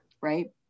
right